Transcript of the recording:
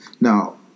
now